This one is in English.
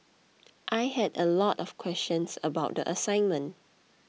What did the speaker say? I had a lot of questions about the assignment